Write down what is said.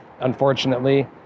unfortunately